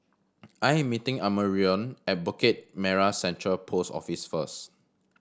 I am meeting Amarion at Bukit Merah Central Post Office first